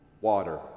water